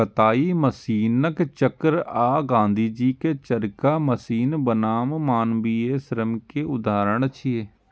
कताइ मशीनक चक्र आ गांधीजी के चरखा मशीन बनाम मानवीय श्रम के उदाहरण छियै